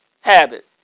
habit